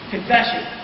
Confession